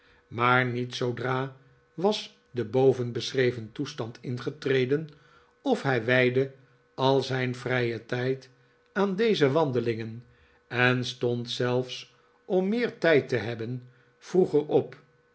maar niet zoodra was de bovenbeschreven toestand ingetreden of hij wijdde al zijn vrijen tijd aan deze wandelingen en stond zelfs om meer tijd te hebben vroeger op